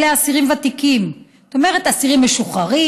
אלה אסירים ותיקים, זאת אומרת, אסירים משוחררים.